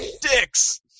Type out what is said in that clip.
Dicks